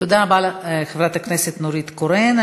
תודה רבה לחברת הכנסת נורית קורן.